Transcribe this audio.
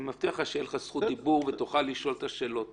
אני מבטיח לך שיהיה לך זכות דיבור ותוכל לשאול את השאלות.